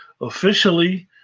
officially